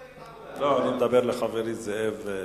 לא, אני מדבר אל חברי זאב נסים.